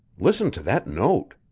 listen to that note.